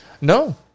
no